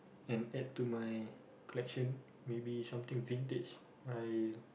and add to my collection maybe something vintage I